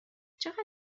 چقدر